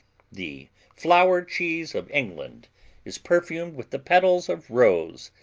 the flower cheese of england is perfumed with the petals of rose,